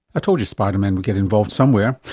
i told you spiderman would get involved somewhere.